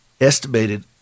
estimated